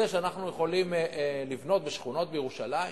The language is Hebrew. שאנחנו יכולים לבנות בשכונות בירושלים.